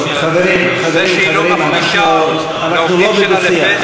זה שהיא לא מפרישה לעובדים שלה לפנסיה,